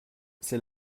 c’est